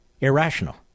Irrational